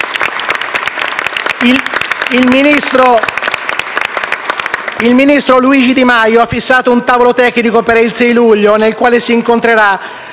Il ministro Luigi Di Maio ha fissato un tavolo tecnico per il 6 luglio, nel quale si incontreranno